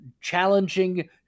challenging